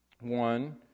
one